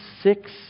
six